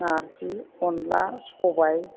नार्जि अनला सबाय